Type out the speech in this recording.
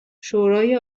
شورای